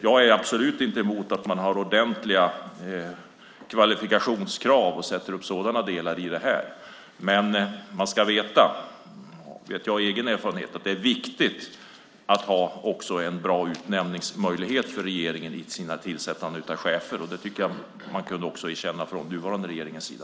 Jag är absolut inte emot att man sätter upp ordentliga kvalifikationskrav. Men man ska veta, och det vet jag av egen erfarenhet, att det är viktigt att ha en bra utnämningsmöjlighet för regeringen vid tillsättandet av chefer. Det tycker jag att man kunde erkänna från den nuvarande regeringens sida.